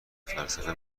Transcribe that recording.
فلسفه